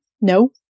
No